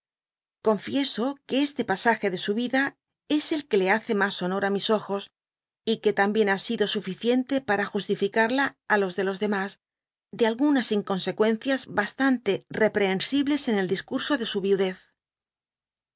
confieso que este pasage de su vida es el que le hace tomo i dby google liías honor á mis ojos y que también ha sido sdficiehte para fostífictufia á los de los demás de algunas incoiísecuéncias i btiante reprehensibles en el dfecurso de su viudez